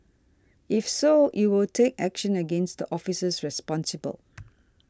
if so it will take action against the officers responsible